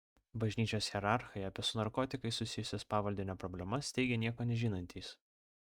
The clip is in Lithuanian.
bažnyčios hierarchai apie su narkotikais susijusias pavaldinio problemas teigė nieko nežinantys